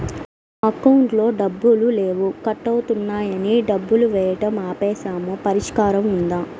నా అకౌంట్లో డబ్బులు లేవు కట్ అవుతున్నాయని డబ్బులు వేయటం ఆపేసాము పరిష్కారం ఉందా?